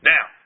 Now